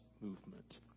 movement